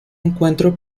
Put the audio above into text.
encuentro